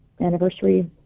anniversary